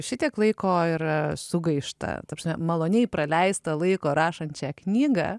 šitiek laiko yra sugaišta ta prasme nemaloniai praleista laiko rašant šią knygą